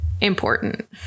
important